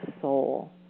soul